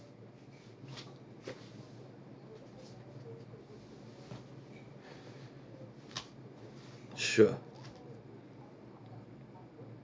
sure